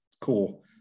cool